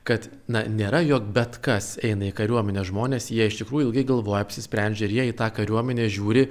kad na nėra jog bet kas eina į kariuomenę žmonės jie iš tikrųjų ilgai galvoja apsisprendžia ir jie į tą kariuomenę žiūri